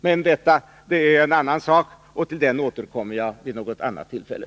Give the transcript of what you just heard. Men det är en annan fråga, och till den återkommer jag vid något annat tillfälle.